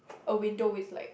a window with like